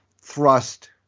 thrust